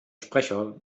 sprecher